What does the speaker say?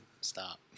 stop